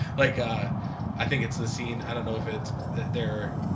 like ah i think it's the scene i don't know if it's there.